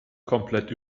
komplett